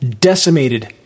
decimated